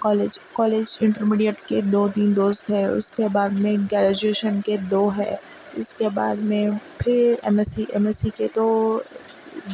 college college intermediate کے دو تین دوست ہے اس کے بعد میں گریجویشن کے دو ہے اس کے بعد میں پھر M S C M S C کے دو